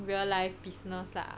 real life business lah